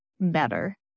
better